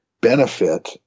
benefit